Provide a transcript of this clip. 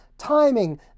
timing